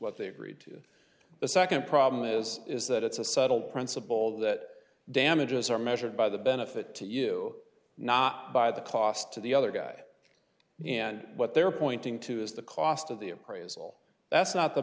what they agreed to the nd problem is is that it's a subtle principle that damages are measured by the benefit to you not by the cost to the other guy and what they're pointing to is the cost of the appraisal that's not the